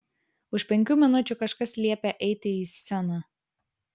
už penkių minučių kažkas liepia eiti į sceną